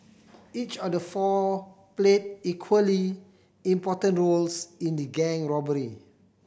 each of the four played equally important roles in the gang robbery